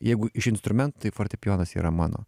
jeigu iš instrumentų tai fortepijonas yra mano